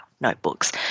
notebooks